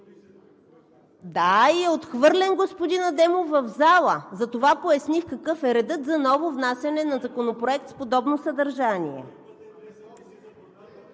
Да, и е отхвърлен, господин Адемов, в залата. Затова поясних какъв е редът за ново внасяне на законопроект с подобно съдържание.